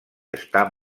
està